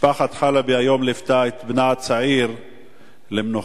משפחת חלבי ליוותה היום את בנה הצעיר למנוחות.